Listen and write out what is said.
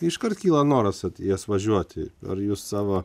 iškart kyla noras į jas važiuoti ar jūs savo